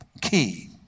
key